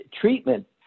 treatment